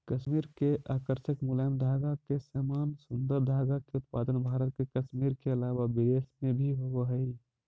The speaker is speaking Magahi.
कश्मीर के आकर्षक मुलायम धागा के समान सुन्दर धागा के उत्पादन भारत के कश्मीर के अलावा विदेश में भी होवऽ हई